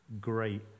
great